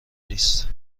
نیست